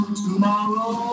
tomorrow